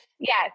Yes